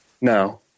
No